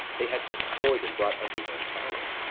they had destroyed and brought under their power.